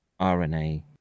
RNA